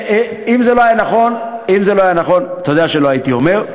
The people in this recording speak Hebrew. אם זה לא היה נכון, אתה יודע שלא הייתי אומר.